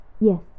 Yes